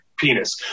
penis